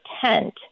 tent